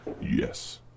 Yes